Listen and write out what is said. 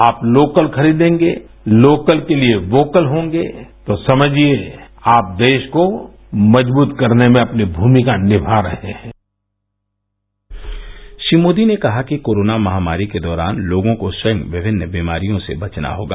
आप लोकल खरीदेंगे लोकल के लिए वोकल होंगे तो समझिए आप देश को मजबूत करने में अपनी मूमिका निमा रहे हैं श्री मोदी ने कहा कि कोरोना महामारी के दौरान लोगों को स्वयं विभिन्न बीमारियों से बचना होगा